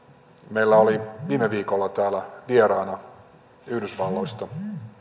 meillä oli viime viikolla täällä vieraana yhdysvalloista